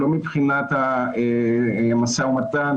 לא מבחינת משא ומתן,